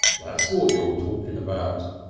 that's what you're talking about!